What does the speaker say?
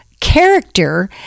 character